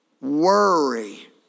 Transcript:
Worry